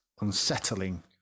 unsettling